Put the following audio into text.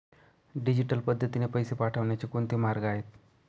Digital पद्धतीने पैसे पाठवण्याचे कोणते मार्ग आहेत?